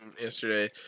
yesterday